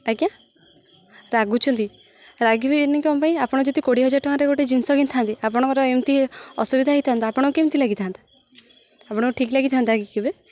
ଆଜ୍ଞା ରାଗୁଛନ୍ତି ରାଗିବିନି କ'ଣ ପାଇଁ ଆପଣ ଯଦି କୋଡ଼ିଏ ହଜାର ଟଙ୍କାରେ ଗୋଟେ ଜିନିଷ କିଣିଥାନ୍ତେ ଆପଣଙ୍କର ଏମିତି ଅସୁବିଧା ହେଇଥାନ୍ତା ଆପଣଙ୍କୁ କେମିତି ଲାଗିଥାନ୍ତା ଆପଣଙ୍କୁ ଠିକ୍ ଲାଗିଥାନ୍ତା କି କେବେ